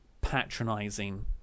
patronizing